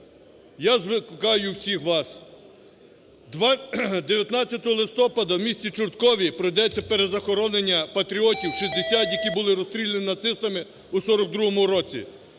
Я закликаю всіх вас, 19 листопада у місті Чорткові пройдеться перезахоронення патріотів – 60, які були розстріляні нацистами у 1942 році.